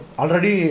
already